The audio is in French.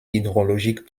hydrologique